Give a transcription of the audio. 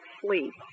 sleep